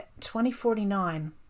2049